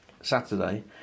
Saturday